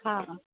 हा